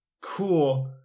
cool